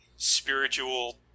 Spiritual